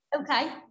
Okay